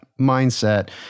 mindset